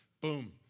Boom